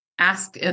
ask